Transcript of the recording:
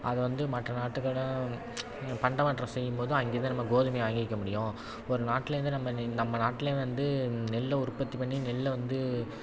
அதை வந்து மற்ற நாட்டுக்கூட பண்டமாற்றம் செய்யும் போது அங்கே இருந்து நம்ம கோதுமையை வாங்கிக்க முடியும் ஒரு நாட்டில் இருந்து நம்ம நம்ம நாட்டில் வந்து நெல்லை உற்பத்தி பண்ணி நெல்லை வந்து